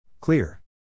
Clear